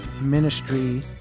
ministry